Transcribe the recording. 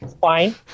fine